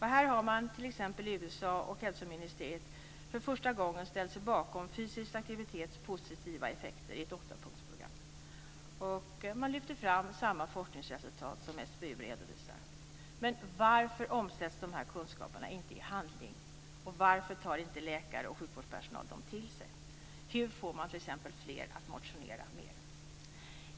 Här har man t.ex. i USA och hälsoministeriet för första gången ställt sig bakom den fysiska aktivitetens positiva effekter i ett åttapunktsprogram. Man lyfter fram samma forskningsresultat som SBU redovisar. Men varför omsätts de här kunskaperna inte i handling? Varför tar inte läkare och sjukvårdspersonal dem till sig? Hur får man t.ex. fler att motionera mer?